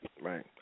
Right